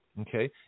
Okay